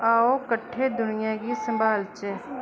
आओ कट्ठे दुनिया गी सम्हालचै